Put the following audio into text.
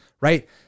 right